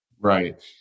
Right